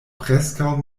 preskaŭ